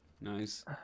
Nice